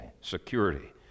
security